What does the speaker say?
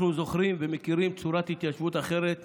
אנחנו זוכרים ומכירים צורות התיישבות אחרות